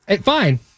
Fine